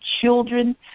children